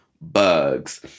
bugs